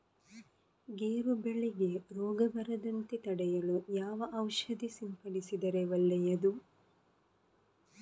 ಗೇರು ಬೆಳೆಗೆ ರೋಗ ಬರದಂತೆ ತಡೆಯಲು ಯಾವ ಔಷಧಿ ಸಿಂಪಡಿಸಿದರೆ ಒಳ್ಳೆಯದು?